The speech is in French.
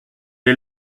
est